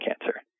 cancer